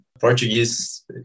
Portuguese